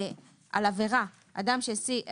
על עבירה: אדם שהשיג,